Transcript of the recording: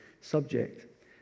subject